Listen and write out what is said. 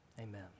amen